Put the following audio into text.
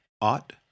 ought